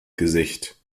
gesicht